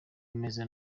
ameze